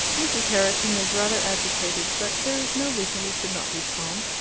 mrs. herriton is rather agitated, but there is no reason we should not be calm.